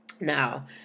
Now